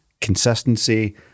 consistency